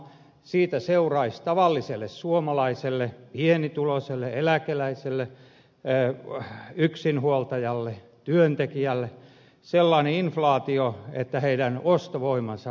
siitä seuraisi tavalliselle suomalaiselle pienituloiselle eläkeläiselle yksinhuoltajalle työntekijälle sellainen inflaatio että heidän ostovoimansa romahtaisi